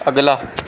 اگلا